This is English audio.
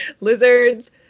Lizards